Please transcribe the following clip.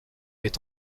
est